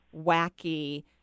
wacky